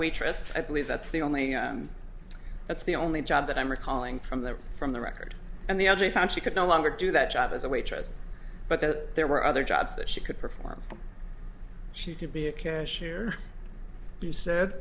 waitress i believe that's the only that's the only job that i'm recalling from the from the record and the jury found she could no longer do that job as a waitress but that there were other jobs that she could perform she could be a cashier you said